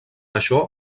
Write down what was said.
això